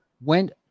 went